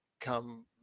come